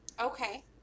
Okay